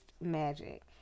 magic